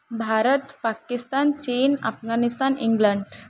Bharat Pakistan Cheen Afghanistan England